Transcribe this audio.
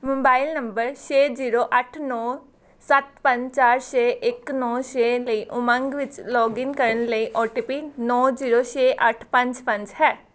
mobile number ਛੇ zero ਅੱਠ ਨੌਂ ਸੱਤ ਪੰਜ ਚਾਰ ਛੇ ਇੱਕ ਨੌਂ ਛੇ ਲਈ ਉਮੰਗ ਵਿੱਚ ਲੌਗਇਨ ਕਰਨ ਲਈ ਓ ਟੀ ਪੀ ਨੌਂ ਜੀਰੋ ਛੇ ਅੱਠ ਪੰਜ ਪੰਜ ਹੈ